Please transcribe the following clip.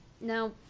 Now